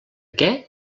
què